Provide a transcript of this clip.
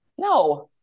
No